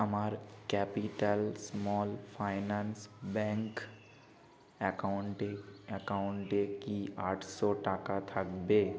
আমার capital small finance bank অ্যাকাউন্টে অ্যাকাউন্টে কি আটশো টাকা থাকবে